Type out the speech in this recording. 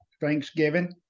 thanksgiving